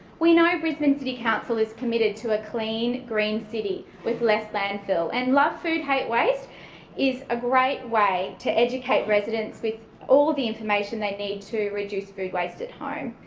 we know brisbane city council is committed to a clean, green city with less landfill and love food hate waste is a great way to educate residents with all the information they need to reduce food waste at home.